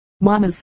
Mamas